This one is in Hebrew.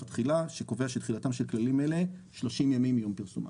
התחילה שקובע שתחילתם של כללים אלה שלושים ימים מיום פרסומים.